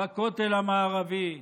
בכותל המערבי.